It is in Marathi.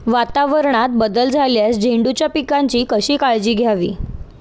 वातावरणात बदल झाल्यास झेंडूच्या पिकाची कशी काळजी घ्यावी?